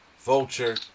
vulture